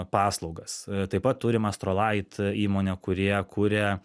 paslaugas taip pat turim astrolight įmonę kurie kuria